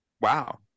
Wow